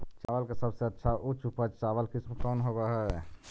चावल के सबसे अच्छा उच्च उपज चावल किस्म कौन होव हई?